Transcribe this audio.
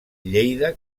lleida